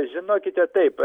žinokite taip